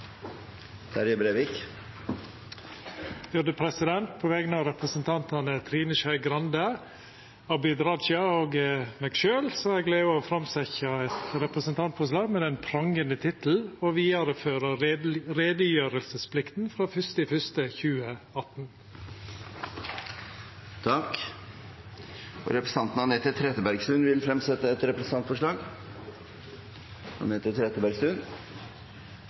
Terje Breivik vil fremsette et representantforslag. På vegner av representantane Trine Skei Grande, Abid Q. Raja og meg sjølv har eg gleda av å setja fram eit representantforslag med den prangande tittelen «å videreføre redegjørelsesplikten fra 1. januar 2018». Representanten Anette Trettebergstuen vil fremsette et representantforslag.